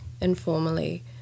informally